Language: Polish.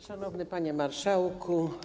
Szanowny Panie Marszałku!